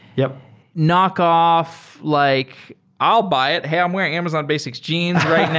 yeah knockoff, like i'll buy it. hey, i'm wearing amazonbasics jeans right now,